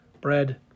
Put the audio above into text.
bread